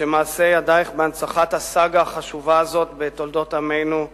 שמעשי ידייך בהנצחת הסאגה החשובה הזאת בתולדות עמנו הם